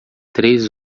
três